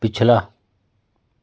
पिछला